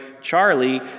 Charlie